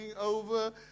over